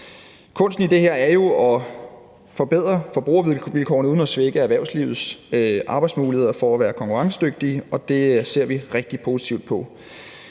Kunsten i det her er jo at forbedre forbrugervilkårene uden at svække erhvervslivets arbejdsmuligheder for at være konkurrencedygtige, og det ser vi rigtig positivt på.